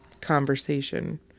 conversation